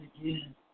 again